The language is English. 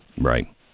Right